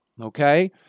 okay